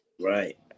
right